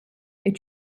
est